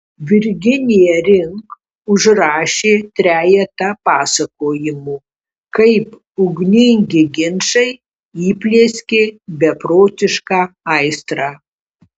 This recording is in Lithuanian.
virginija rimk užrašė trejetą pasakojimų kaip ugningi ginčai įplieskė beprotišką aistrą